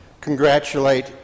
congratulate